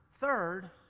third